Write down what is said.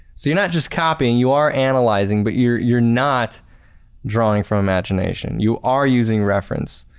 so you're not just copying, you are analyzing but you're you're not drawing from imagination, you are using reference.